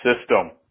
system